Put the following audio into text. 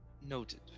Noted